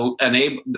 enable